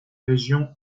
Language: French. région